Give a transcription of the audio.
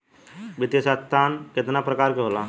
वित्तीय संस्था कितना प्रकार क होला?